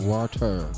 Water